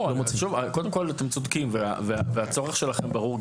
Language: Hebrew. קודם כל, אתם צודקים והצורך שלכם ברור.